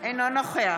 אינו נוכח